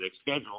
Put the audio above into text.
schedule